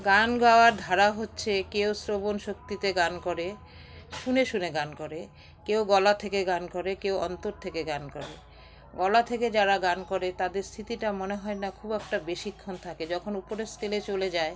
গান গাওয়ার ধারা হচ্ছে কেউ শ্রবণ শক্তিতে গান করে শুনে শুনে গান করে কেউ গলা থেকে গান করে কেউ অন্তর থেকে গান করে গলা থেকে যারা গান করে তাদের স্থিতিটা মনে হয় না খুব একটা বেশিক্ষণ থাকে যখন উপরের স্কেলে চলে যায়